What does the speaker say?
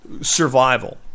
survival